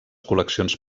col·leccions